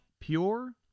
Pure